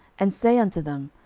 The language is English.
and say unto them,